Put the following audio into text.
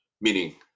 meaning